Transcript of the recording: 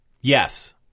Yes